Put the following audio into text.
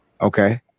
Okay